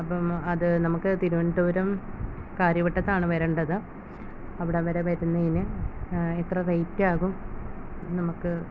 അപ്പം അത് നമുക്ക് തിരുവനന്തപുരം കാര്യവട്ടത്താണ് വരേണ്ടത് അവിടെ വരെ വരുന്നതിന് എത്ര റൈറ്റാകും നമുക്ക് ട്രാവലിങ് ഇതും